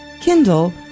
Kindle